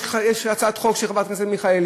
יש הצעת חוק של חברת הכנסת מיכאלי.